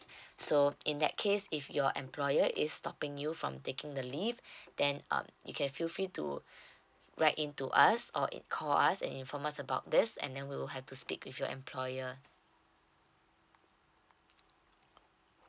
so in that case if your employer is stopping you from taking the leave then um you can feel free to write in to us or call us inform us about this and then we'll have to speak with your employer